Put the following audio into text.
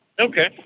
Okay